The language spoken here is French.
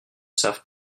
savent